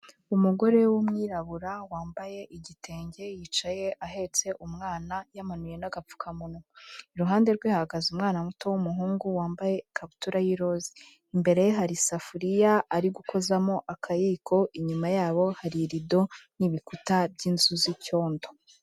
Umugore w'umwirabura wambaye igitenge yicaye ahetse umwana yamanuye n'agapfukamunwa. Iruhande rwe hahagaze umwana muto w'umuhungu wambaye ikabutura y'iroze. Imbere ye hari isafuriya ari gukozamo akayiko, inyuma yabo hari irido n'ibikuta by'inzu z'icyondo.